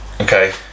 Okay